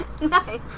Nice